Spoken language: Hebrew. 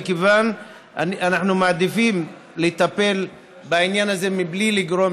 אנחנו מעדיפים לטפל בעניין הזה מבלי לגרום